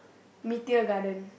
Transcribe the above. Meteor Garden